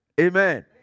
Amen